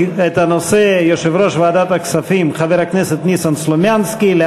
צו מס ערך מוסף (שיעור המס על עסקה ועל ייבוא טובין) (תיקון),